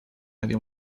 medio